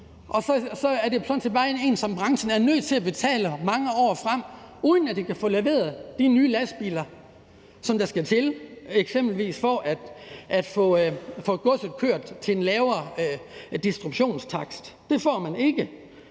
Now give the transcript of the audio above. så bare er en, som branchen er nødt til at betale mange år frem, uden at de kan få leveret de nye lastbiler, som der skal til for at få godset kørt til en lavere distributionstakst. Det får man ikke.